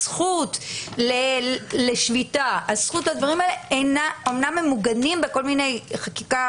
הזכות לשביתה הדברים האלה אמנם מעוגנים בחקיקת